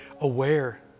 aware